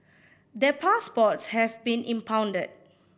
their passports have been impounded